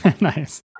Nice